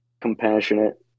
compassionate